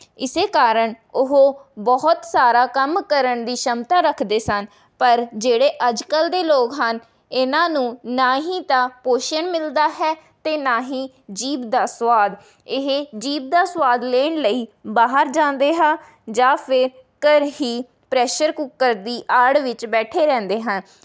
ਇਸ ਕਾਰਨ ਉਹ ਬਹੁਤ ਸਾਰਾ ਕੰਮ ਕਰਨ ਦੀ ਸ਼ਮਤਾ ਰੱਖਦੇ ਸਨ ਪਰ ਜਿਹੜੇ ਅੱਜ ਕੱਲ੍ਹ ਦੇ ਲੋਕ ਹਨ ਇਹਨਾਂ ਨੂੰ ਨਾ ਹੀ ਤਾਂ ਪੋਸ਼ਣ ਮਿਲਦਾ ਹੈ ਅਤੇ ਨਾ ਹੀ ਜੀਭ ਦਾ ਸਵਾਦ ਇਹ ਜੀਭ ਦਾ ਸਵਾਦ ਲੈਣ ਲਈ ਬਾਹਰ ਜਾਂਦੇ ਹਾਂ ਜਾਂ ਫਿਰ ਘਰ ਹੀ ਪ੍ਰੈਸ਼ਰ ਕੁੱਕਰ ਦੀ ਆੜ ਵਿੱਚ ਬੈਠੇ ਰਹਿੰਦੇ ਹਨ